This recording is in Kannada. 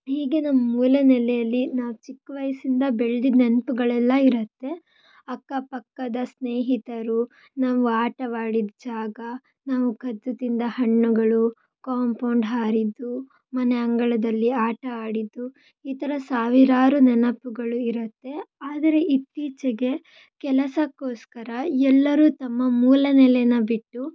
ಹೀಗೆ ನಮ್ಮ ಮೂಲನೆಲೆಯಲ್ಲಿ ನಾವು ಚಿಕ್ಕ ವಯಸ್ಸಿಂದ ಬೆಳ್ದಿದ್ದ ನೆನಪುಗಳೆಲ್ಲ ಇರುತ್ತೆ ಅಕ್ಕಪಕ್ಕದ ಸ್ನೇಹಿತರು ನಾವು ಆಟವಾಡಿದ ಜಾಗ ನಾವು ಕದ್ದು ತಿಂದ ಹಣ್ಣುಗಳು ಕಾಂಪೌಂಡ್ ಹಾರಿದ್ದು ಮನೆ ಅಂಗಳದಲ್ಲಿ ಆಟ ಆಡಿದ್ದು ಈ ಥರ ಸಾವಿರಾರು ನೆನಪುಗಳು ಇರುತ್ತೆ ಆದರೆ ಇತ್ತೀಚೆಗೆ ಕೆಲಸಕ್ಕೋಸ್ಕರ ಎಲ್ಲರೂ ತಮ್ಮ ಮೂಲನೆಲೆನ ಬಿಟ್ಟು